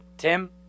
Tim